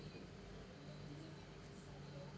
you